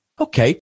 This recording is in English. Okay